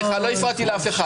סליחה, לא הפרעתי לאף אחד.